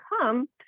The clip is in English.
come